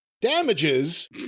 damages